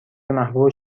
محبوب